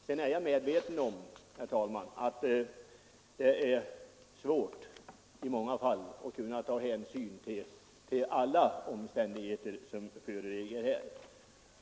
Jag är medveten om, herr talman, att det i många fall är svårt att ta hänsyn till alla föreliggande omständigheter.